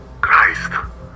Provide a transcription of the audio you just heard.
Christ